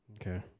Okay